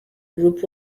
group